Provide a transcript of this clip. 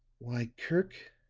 why, kirk,